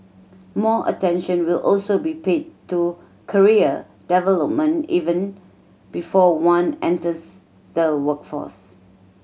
more attention will also be paid to career development even before one enters the workforce